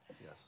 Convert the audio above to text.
Yes